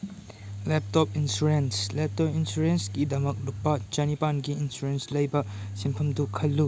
laptop insurance laptop ꯏꯟꯁꯨꯔꯦꯟꯁꯀꯤꯗꯃꯛ ꯂꯨꯄꯥ ꯆꯅꯤꯄꯥꯟꯒꯤ ꯏꯟꯁꯨꯔꯦꯟꯁ ꯂꯩꯕ ꯁꯦꯟꯐꯝꯗꯨ ꯈꯜꯂꯨ